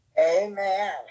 Amen